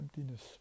emptiness